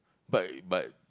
but but